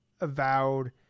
Avowed